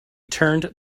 turned